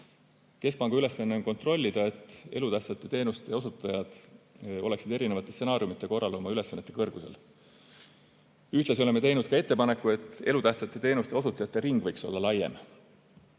Keskpanga ülesanne on kontrollida, et elutähtsate teenuste osutajad oleksid erinevate stsenaariumide korral oma ülesannete kõrgusel. Ühtlasi oleme teinud ka ettepaneku, et elutähtsate teenuste osutajate ring võiks olla laiem.